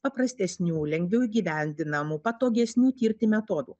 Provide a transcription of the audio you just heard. paprastesnių ir lengviau įgyvendinamų patogesnių tirti metodų